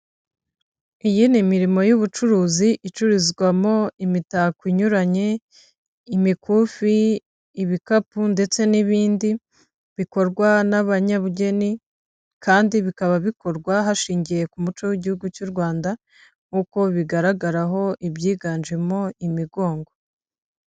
Iyindi mirimo y'ubucuruzi icururizwamo imitako inyuranye imikufi ibikapu ndetse n'ibindi bikorwa n'abanyabugeni kandi bikaba bikorwa hashingiwe ku muco w'igihugu cy'u Rwanda nk'uko bigaragaraho ibyiganjemo imigongo.